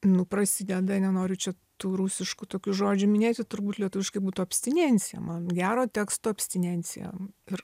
nu prasideda nenoriu čia tų rusiškų tokių žodžių minėti turbūt lietuviškai būtų abstinencija man gero teksto abstinencija ir